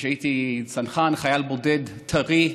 כשהייתי צנחן, חייל בודד טרי,